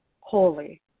holy